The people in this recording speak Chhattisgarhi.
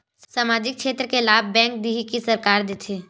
सामाजिक क्षेत्र के लाभ बैंक देही कि सरकार देथे?